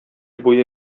буе